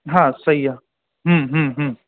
हा सही आहे